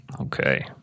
Okay